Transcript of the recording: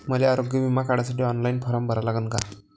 मले आरोग्य बिमा काढासाठी ऑनलाईन फारम भरा लागन का?